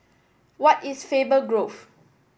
where is Faber Grove